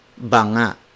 banga